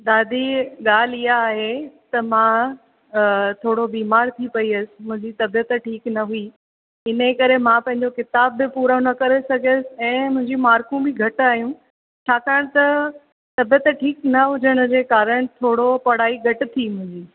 दादी ॻाल्हि इहा आहे त मां थोरो बीमार थी पई हुयसि मुंहिंजी तबियत ठीक न हुई इनजे करे मां पंहिंजो किताबु बि पूरो न करे सघियसि ऐं मुंहिंजूं मार्कूं बि घटि आयूं छाकाणि त तबियत ठीक न हुजणु जे कारण थोरो पढ़ाई घटि थी मुंहिंजी